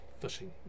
fishing